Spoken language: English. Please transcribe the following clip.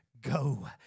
go